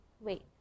wait